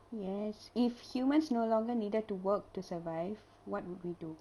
yes if humans no longer needed to work to survive what would we do